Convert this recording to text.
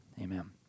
Amen